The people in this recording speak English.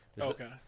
Okay